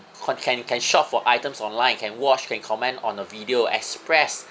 can can can shop for items online can watch can comment on a video express